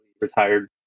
retired